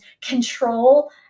control